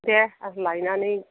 दे आं लायनानै